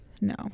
no